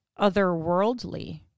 otherworldly